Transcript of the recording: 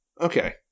Okay